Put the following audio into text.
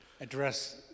address